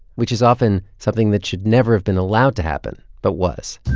which is often something that should never have been allowed to happen but was